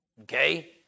okay